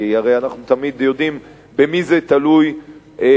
כי הרי אנחנו תמיד יודעים במי זה תלוי בסוף.